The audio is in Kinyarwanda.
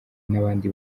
n’abandi